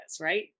right